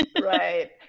right